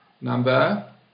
number